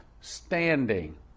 standing